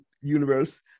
universe